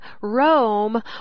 Rome